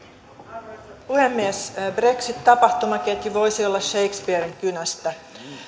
arvoisa puhemies brexit tapahtumaketju voisi olla shakespearen kynästä